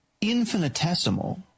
infinitesimal